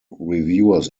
reviewers